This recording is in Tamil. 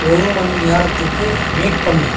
ஒரு மணி நேரத்துக்கு மியூட் பண்ணு